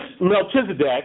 melchizedek